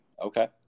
Okay